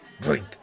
Drink